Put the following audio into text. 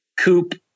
coupe